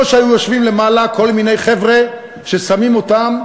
לא כזאת שהיו יושבים שם למעלה כל מיני חבר'ה ששמים אותם,